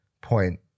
point